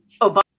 Obama